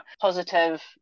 positive